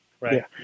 Right